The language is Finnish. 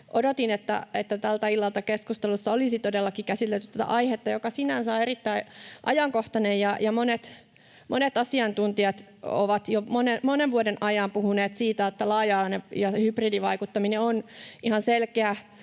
Odotin tältä illalta, että keskustelussa olisi todellakin käsitelty tätä aihetta, joka sinänsä on erittäin ajankohtainen, kun monet asiantuntijat ovat jo monen vuoden ajan puhuneet siitä, että laaja-alainen hybridivaikuttaminen on ihan selkeä